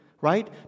right